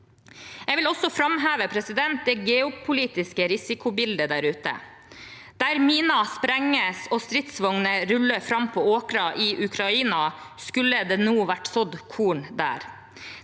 Jeg vil også framheve det geopolitiske risikobildet der ute. Der miner sprenges og stridsvogner ruller fram på åkrer i Ukraina, skulle det nå vært sådd korn.